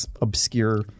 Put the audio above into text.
obscure